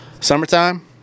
summertime